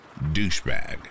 douchebag